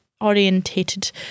orientated